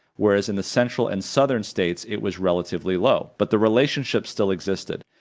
whereas in the central and southern states, it was relatively low, but the relationship still existed.